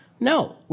No